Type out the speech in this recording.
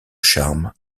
charme